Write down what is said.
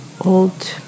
old